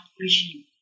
regime